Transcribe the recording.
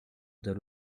dans